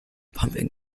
pumping